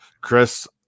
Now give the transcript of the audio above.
chris